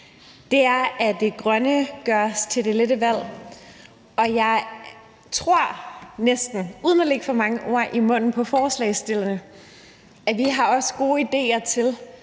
dag, er, at det grønne gøres til det lette valg, og jeg tror næsten, uden at lægge for mange ord i munden på forslagsstillerne, at vi også har gode idéer til,